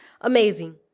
amazing